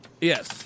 Yes